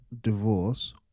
divorce